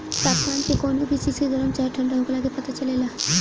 तापमान के कवनो भी चीज के गरम चाहे ठण्डा होखला के पता चलेला